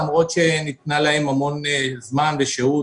למרות שניתן להם המון זמן ושהות